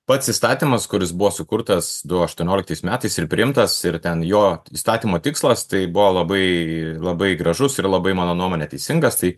pats įstatymas kuris buvo sukurtas du aštuonioliktais metais ir priimtas ir ten jo įstatymo tikslas tai buvo labai labai gražus ir labai mano nuomone teisingas tai